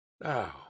Now